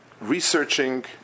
researching